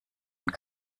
und